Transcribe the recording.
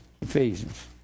Ephesians